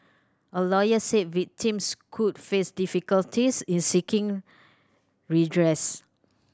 a lawyer said victims could face difficulties in seeking redress